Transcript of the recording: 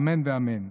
אמן ואמן.